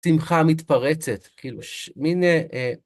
שמחה מתפרצת, כאילו מין...